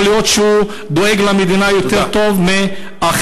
יכול להיות שהוא דואג למדינה יותר טוב מאחרים.